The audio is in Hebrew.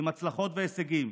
עם הצלחות והישגים.